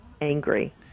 angry